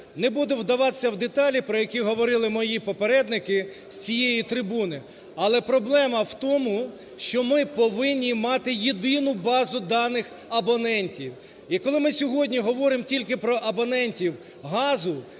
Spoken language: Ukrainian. Не буду вдаватися в деталі, про які говорили мої попередники з цієї трибуни. Але проблема в тому, що ми повинні мати єдину базу даних абонентів. І коли ми сьогодні говоримо тільки про абонентів газу,